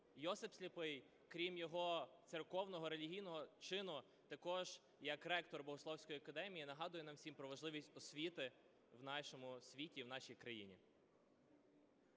Йосип Сліпий, крім його церковного і релігійного чину, також як ректор богословської академії нагадує нам всім про важливість освіти в нашому світі і в нашій країні.